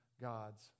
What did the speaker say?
God's